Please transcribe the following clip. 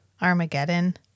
armageddon